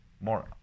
more